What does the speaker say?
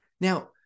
now